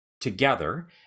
together